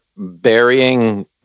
burying